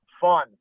fun